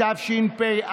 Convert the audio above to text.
התשפ"א,